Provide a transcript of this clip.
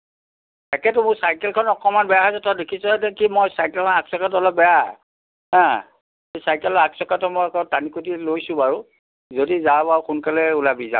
তাকেতো মোৰ চাইকেলখন অকণমান বেয়া হৈ আছে তই দেখিছই নেকি মোৰ চাইকেলখনৰ আগচকাটো অলপ বেয়া হাঁ চাইকেলৰ আগচকাটো মই অকণমান টানি কুটি লৈছো বাৰু যদি যাৱ বাৰু সোনকালে ওলাবি যাম দে